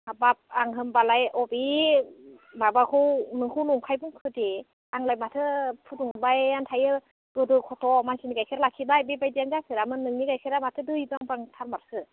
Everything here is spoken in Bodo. हाबाब आं होमब्लालाय अबे माबाखौ नोंखौ नंखाय बुंखो दे आंलाय माथो फुदुंबायानो थायो गोदो खथ' मानसिनि गायखेर लाखिबाय बेबायदियानो जाफेरामोन नोंनि गायखेरा माथो दैब्रांब्रांथारमारसो